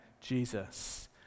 jesus